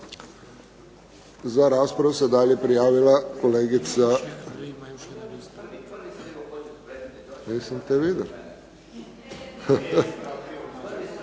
Za raspravu se dalje prijavila kolegica. …/Upadica